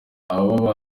ababa